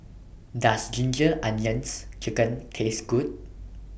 Does Ginger Onions Chicken Taste Good